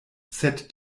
sed